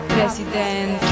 President